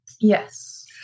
Yes